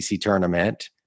tournament